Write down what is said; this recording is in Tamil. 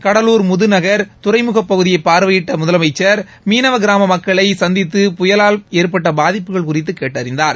கடலூர் முதுநகர் துறைமுகப் பகுதியை பார்வையிட்ட முதலமைச்சர் மீனவ கிராம மக்களை சந்தித்து புயலால் ஏற்பட்ட பாதிப்புகள் குறித்து கேட்டறிந்தார்